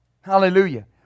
Hallelujah